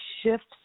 shifts